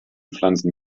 pflanzen